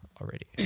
already